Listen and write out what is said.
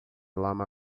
lama